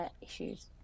issues